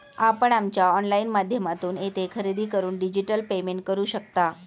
आपण आमच्या ऑनलाइन माध्यमातून येथे खरेदी करून डिजिटल पेमेंट करू शकता